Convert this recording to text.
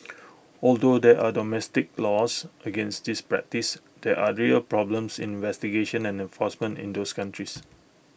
although there are domestic laws against this practice there are real problems in investigation and enforcement in those countries